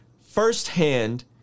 firsthand